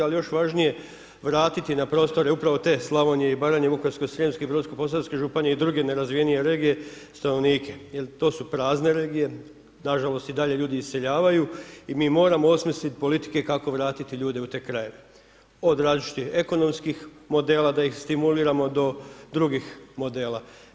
Ali još važnije vratiti na prostore upravo te Slavonije i Baranje, Vukovarsko-srijemske i Brodsko-posavske županije i druge nerazvijene regije stanovnike jel to su prazne regije, nažalost ljudi i dalje iseljavaju i mi moramo osmisliti politike kako vratiti ljude u te krajeve od različitih ekonomskih modela da ih stimuliramo do drugih modela.